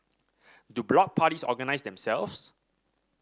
do block parties organise themselves